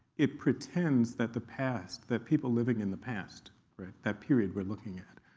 it pretends that the past that people living in the past that period we're looking at,